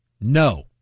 No